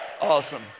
Awesome